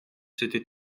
c’était